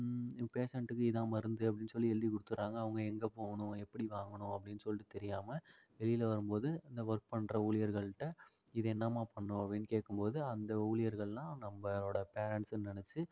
பேஷண்ட்டுக்கு இதுதான் மருந்து அப்படின்னு சொல்லி எழுதி கொடுத்துர்றாங்க அவங்க எங்கே போவணும் எப்படி வாங்கணும் அப்படின்னு சொல்லிட்டு தெரியாமல் வெளியில வரும்போது இந்த ஒர்க் பண்ணுற ஊழியர்கள்கிட்ட இது என்னம்மா பண்ணும் அப்படின்னு கேட்கும்போது அந்த ஊழியர்கள்லாம் நம்மளோட பேரண்ட்ஸுன்னு நினச்சு